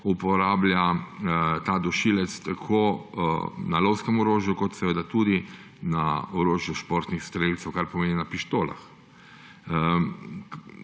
uporablja ta dušilec tako na lovskem orožju kot tudi na orožju športnih strelcev, kar pomeni na pištolah.